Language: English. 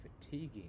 fatiguing